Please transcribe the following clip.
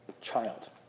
child